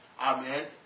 Amen